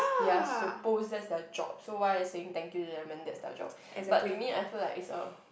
they are suppose that's their job so why are you saying thank you to them when that's their job but to me I feel like it's a